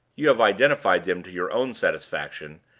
you have identified them to your own satisfaction,